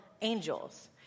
angels